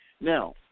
Now